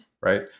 Right